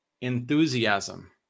enthusiasm